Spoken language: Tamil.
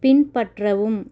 பின்பற்றவும்